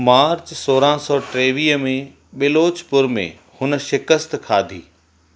मार्च सोरहां सौ टेवीह में बिलोचपुर में हुन शिकस्त खाधी